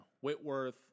Whitworth